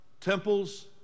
temples